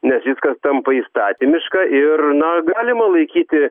nes viskas tampa įstatymiška ir na galima laikyti